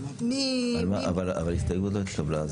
מ --- אבל ההסתייגות לא התקבלה.